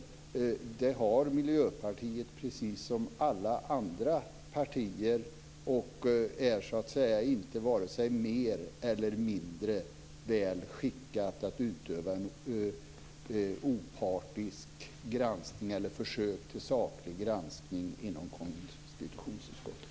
Sådana värderingar har Miljöpartiet precis som alla andra partier, och det är inte vare sig mer eller mindre väl skickat än de att försöka utöva en saklig granskning inom konstitutionsutskottet.